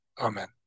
Amen